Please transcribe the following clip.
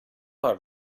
our